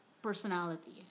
personality